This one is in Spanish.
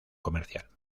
comercial